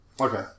Okay